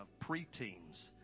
Pre-teens